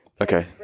Okay